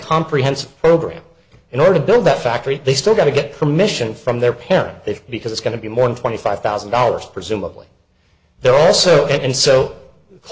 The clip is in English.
comprehensive program in order to do that factory they still got to get permission from their parent that because it's going to be more than twenty five thousand dollars presumably they're also and so